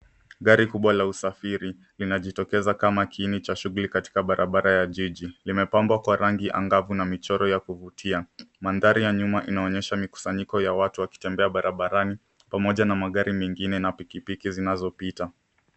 Gari kubwa la usafiri, linajitokeza kama kiini cha shughuli katika barabara ya jiji. Limepambwa kwa rangi angavu na michoro ya kuvutia. Mandhari ya nyuma inaonyesha mikusanyika ya watu wakitembea barabarani, pamoja na magari mengine na pikipiki zinazopita.